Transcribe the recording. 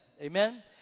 Amen